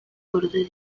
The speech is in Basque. gorde